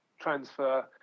transfer